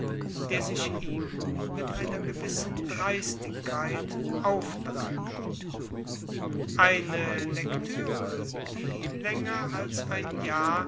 der sich ihm mit einer gewissen dreistigkeit aufdrang eine lektüre die länger als ein jahr